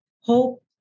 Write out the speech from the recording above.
Hope